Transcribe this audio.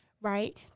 right